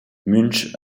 münch